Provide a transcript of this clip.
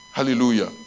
Hallelujah